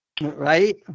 Right